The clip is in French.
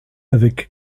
avec